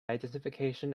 identification